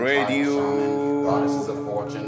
Radio